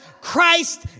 Christ